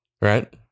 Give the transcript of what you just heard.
Right